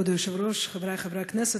כבוד היושב-ראש, חברי חברי הכנסת,